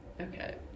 Okay